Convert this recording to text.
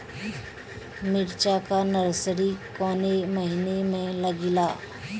मिरचा का नर्सरी कौने महीना में लागिला?